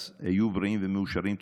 אז היו בריאים ומאושרים.